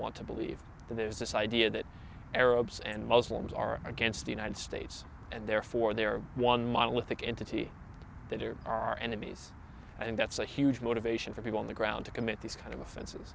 want to believe that there's this idea that arabs and muslims are against the united states and therefore they're one monolithic entity that are our enemies and that's a huge motivation for people on the ground to commit these kind of offens